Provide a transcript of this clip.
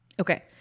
Okay